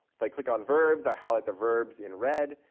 if i click on verbs, i highlight the verbs in red.